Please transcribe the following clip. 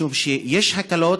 משום שיש הקלות,